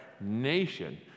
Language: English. nation